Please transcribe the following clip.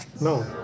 No